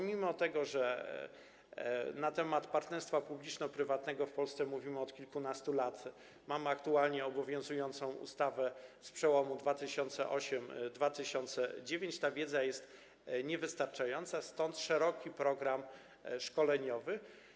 Mimo że na temat partnerstwa publiczno-prywatnego w Polsce mówimy od kilkunastu lat, mamy aktualnie obowiązującą ustawę z przełomu 2008 i 2009, ta wiedza jest niewystarczająca, stąd szeroki program szkoleniowy.